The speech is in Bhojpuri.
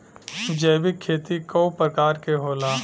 जैविक खेती कव प्रकार के होला?